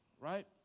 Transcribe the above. right